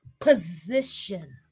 position